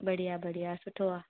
बढ़िया बढ़िया सुठो आहे